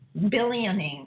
billioning